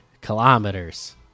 kilometers